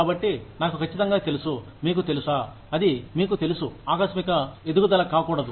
కాబట్టి నాకు ఖచ్చితంగా తెలుసు మీకు తెలుసా అది మీకు తెలుసు ఆకస్మిక ఎదుగుదల కాకూడదు